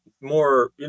more